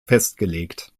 festgelegt